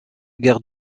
guerre